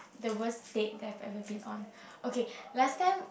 the worse date that I've ever been on okay last time